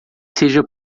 seja